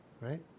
right